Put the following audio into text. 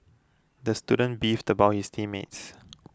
the student beefed about his team mates